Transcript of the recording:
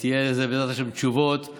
ויהיו לזה תשובות, בעזרת השם.